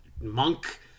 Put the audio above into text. Monk